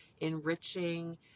enriching